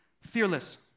fearless